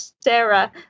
sarah